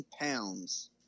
pounds